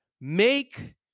make